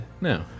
No